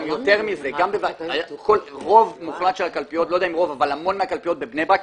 יותר מזה, המון מהקלפיות בבני ברק,